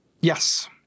Yes